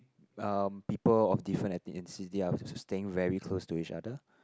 um people of different ethnicity are also staying very close to each other